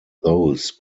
those